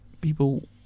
People